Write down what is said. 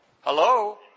Hello